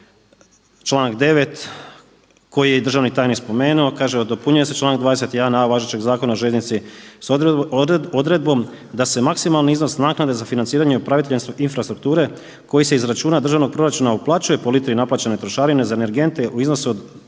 članak 9. koji je državni tajnik spomenuo. Kaže dopunjuje se članak 21. a važećeg zakona o željeznici s odredbom da se maksimalni iznos naknade za financiranje upravitelja infrastrukture koji se iz računa državnog proračuna uplaćuje po litri naplaćene trošarine za energente u iznosu od